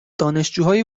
دانشجوهای